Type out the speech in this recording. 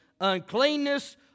uncleanness